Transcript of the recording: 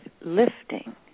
lifting